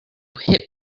hit